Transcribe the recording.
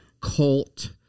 cult